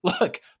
look